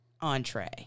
entree